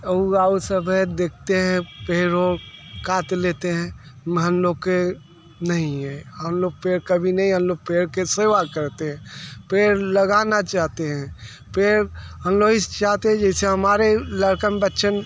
और और सब है देखते हैं पेड़ काट लेते हैं महंत लोग के नहीं है हम लोग पेड़ कभी नहीं हम लोग पेड़ की सेवा करते हैं पेड़ लगाना चाहते हैं पेड़ हम लोग यही चाहते जैसे हमारे लड़का बच्चा है